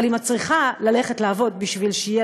אבל אם את צריכה ללכת לעבוד כדי שיהיה